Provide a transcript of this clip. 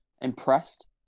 impressed